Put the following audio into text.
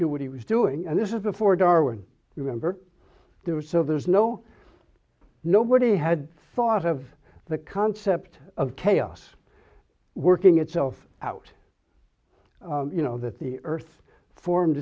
knew what he was doing and this is before darwin remember there was so there's no nobody had thought of the concept of chaos working itself out you know that the earth form